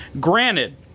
Granted